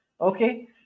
Okay